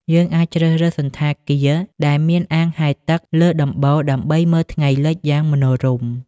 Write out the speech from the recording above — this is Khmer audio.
យើងអាចជ្រើសរើសសណ្ឋាគារដែលមានអាងហែលទឹកលើដំបូលដើម្បីមើលថ្ងៃលិចយ៉ាងមនោរម្យ។